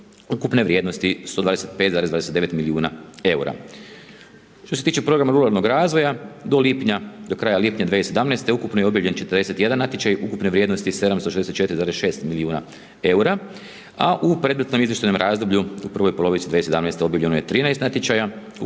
ukupne vrijednosti 125,29 milijuna EUR-a. Što se tiče programa ruralnog razvoja, do lipnja, do kraja lipnja 2017. ukupno je objavljen 41 natječaj, ukupne vrijednosti 764,6 milijuna EUR-a, a u predmetnom izvještajnom razdoblju u prvoj polovici 2017. objavljeno je 13 natječaja ukupne